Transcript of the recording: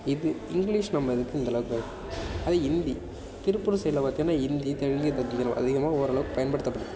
இது இங்கிலீஷ் நம்ம இதுக்கு இந்த அளவுக்கு அதே ஹிந்தி திருப்பூர் சைடில் பார்த்திங்கனா ஹிந்தி தெலுங்கு இந்த இந் அதிகமாக ஓரளவுக்கு பயன்படுத்தப்படுது